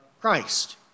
Christ